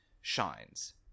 shines